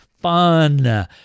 fun